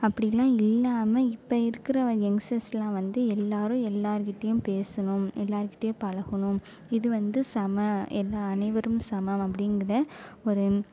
அப்படிலாம் இல்லாமல் இப்போ இருக்கிற எங்ஸ்டர்ஸ்லாம் வந்து எல்லாரும் எல்லார்கிட்டையும் பேசணும் எல்லார்கிட்டையும் பழகணும் இது வந்து சம எல்லா அனைவரும் சமம் அப்படிங்கிற ஒரு